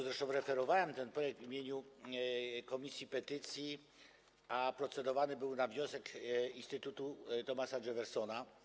Zresztą referowałem ten projekt w imieniu Komisji do Spraw Petycji, a procedowany był na wniosek Instytutu Thomasa Jeffersona.